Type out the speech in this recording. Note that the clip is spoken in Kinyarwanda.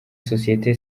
sosiyete